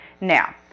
Now